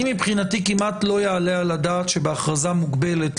אני מבחינתי כמעט לא יעלה על הדעת שבהכרזה מוגבלת,